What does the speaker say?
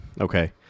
Okay